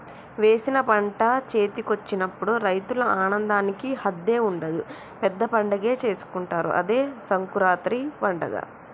వేసిన పంట చేతికొచ్చినప్పుడు రైతుల ఆనందానికి హద్దే ఉండదు పెద్ద పండగే చేసుకుంటారు అదే సంకురాత్రి పండగ